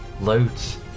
loads